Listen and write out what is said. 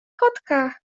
kotka